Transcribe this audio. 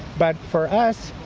but for us,